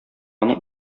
аның